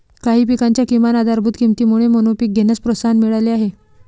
काही पिकांच्या किमान आधारभूत किमतीमुळे मोनोपीक घेण्यास प्रोत्साहन मिळाले आहे